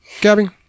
Gabby